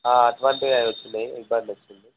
ఆ అటువంటివే వచ్చాయి ఏక్ బాటిల్ వచ్చింది